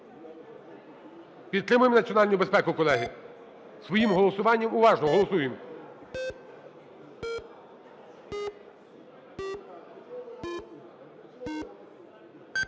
Підтримуємо національну безпеку, колеги, своїм голосуванням. Уважно голосуємо.